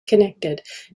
connected